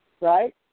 Right